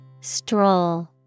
Stroll